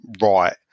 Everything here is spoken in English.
right